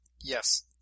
Yes